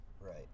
right